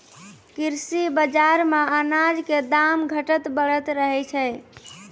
कृषि बाजार मॅ अनाज के दाम घटतॅ बढ़तॅ रहै छै